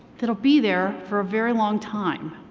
that'll be there for a very long time.